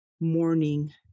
morning